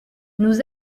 nous